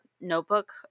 notebook